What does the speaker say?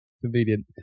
convenient